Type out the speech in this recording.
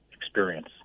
experience